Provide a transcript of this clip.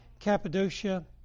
Cappadocia